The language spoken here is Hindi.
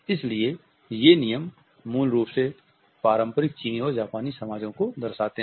इसलिए ये नियम मूल रूप से पारंपरिक चीनी और जापानी समाजों को दर्शाते हैं